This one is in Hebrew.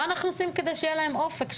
מה אנחנו עושים כדי שיהיה לו אופק?